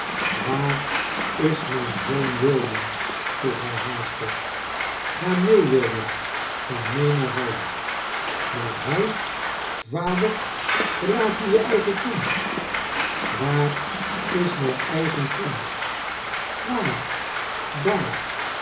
waar is mijn zoon william vroeg hij haastig ga mee william ga mee naar huis naar huis vader verlaat je je eigen kind waar is mijn eigen kind waar daar